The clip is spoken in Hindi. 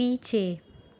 पीछे